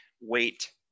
wait